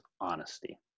honesty